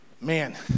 Man